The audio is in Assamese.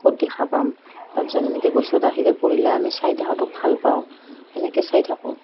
ক'ত দেখা পাম তাৰ পিছত এনেকৈ গছত আহিলে পৰিলে আমি চাই সিহঁতক ভালপাওঁ সেনেকৈ চাই থাকোঁ